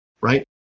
right